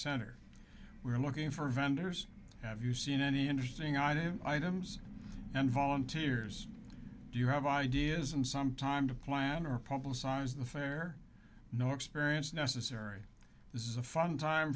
center we're looking for vendors have you seen any interesting item items and volunteers do you have ideas and some time to plan or publicize the faire no experience necessary this is a fun time